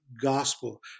gospel